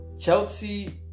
Chelsea